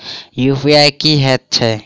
UPI की हएत छई?